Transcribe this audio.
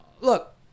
look